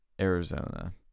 Arizona